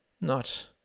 Not